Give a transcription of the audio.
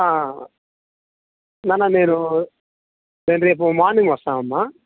నాన్న నేను నేను రేపు మార్నింగ్ వస్తా అమ్మా